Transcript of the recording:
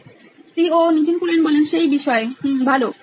Nitin Kurian C O O নোইন electronics সেই বিষয়ে ভালো